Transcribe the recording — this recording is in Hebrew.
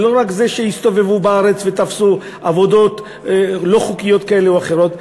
לא רק שהם הסתובבו בארץ ותפסו עבודות לא חוקיות כאלה או אחרות,